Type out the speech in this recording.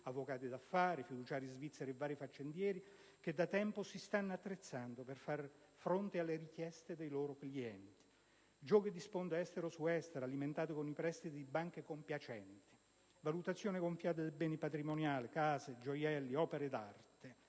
avvocati d'affari, fiduciari svizzeri e vari faccendieri, che da tempo si stanno attrezzando per far fronte alle richieste dei loro clienti. Proliferano i giochi di sponda estero su estero, alimentati con i prestiti di banche compiacenti, e le valutazioni gonfiate dei beni patrimoniali (case, gioielli ed opere d'arte):